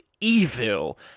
evil